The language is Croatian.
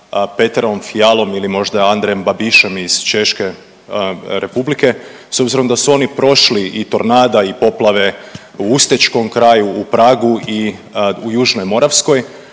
Petrom Fialom ili možda Andrejem Babišem iz Češke republike s obzirom da su oni prošli i tornada i poplave u ustečkom kraju, u Pragu i u Južnoj Moravskoj,